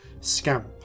Scamp